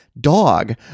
dog